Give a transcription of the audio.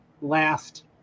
last